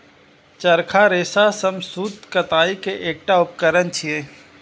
चरखा रेशा सं सूत कताइ के एकटा उपकरण छियै